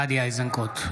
גדי איזנקוט,